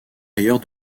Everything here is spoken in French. ailleurs